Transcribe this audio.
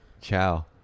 Ciao